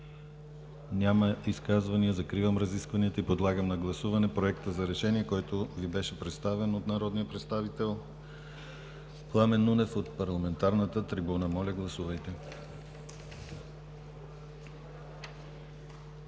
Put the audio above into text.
Няма изказвания. Закривам разискванията. Подлагам на гласуване Проекта за решение, който Ви беше представен от народния представител Пламен Нунев от парламентарната трибуна. Моля, гласувайте.